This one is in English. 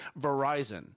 Verizon